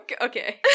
Okay